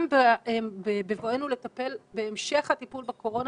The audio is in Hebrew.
גם בבואנו לטפל בהמשך הטיפול בקורונה